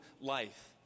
life